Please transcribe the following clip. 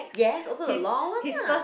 ya also the law one lah